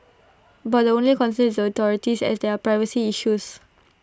but the only concern is the authorities as there are privacy issues